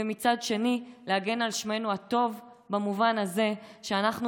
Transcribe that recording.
ומצד שני להגן על שמנו הטוב במובן הזה שאנחנו